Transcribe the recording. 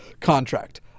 contract